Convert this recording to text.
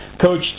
Coach